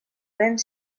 vent